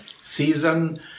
season